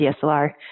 DSLR